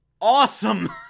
Awesome